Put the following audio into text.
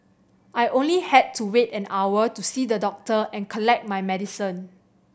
I only had to wait an hour to see the doctor and collect my medicine